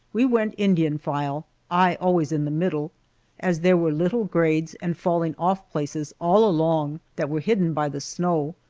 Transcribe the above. we went indian file i always in the middle as there were little grades and falling-off places all along that were hidden by the snow,